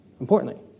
importantly